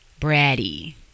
bratty